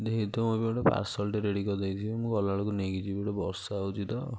ଧେଇକି ତ ଏବେ ଗୁଟେ ପାର୍ସଲ୍ ଟେ ରେଡ଼ି କରି ଦେଇଥିବେ ମୁଁ ଗଲା ବେଳକୁ ନେଇକି ଯିବି ଏପଟେ ବର୍ଷା ହେଉଛି ତ